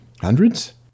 Hundreds